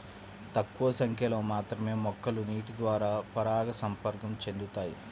తక్కువ సంఖ్యలో మాత్రమే మొక్కలు నీటిద్వారా పరాగసంపర్కం చెందుతాయి